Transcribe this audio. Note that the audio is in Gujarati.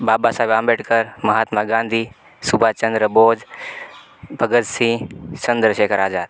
બાબા સાહેબ આંબેડકર મહાત્મા ગાંધી સુભાષ ચંદ્ર બોઝ ભગત સિહ ચંદ્રશેખર આઝાદ